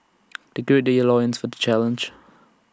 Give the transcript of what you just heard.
they gird their loins for the challenge